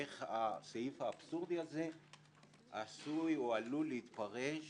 איך הסעיף האבסורדי הזה עשוי או עלול להתפרש